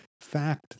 fact